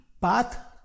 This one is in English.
path